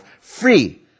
free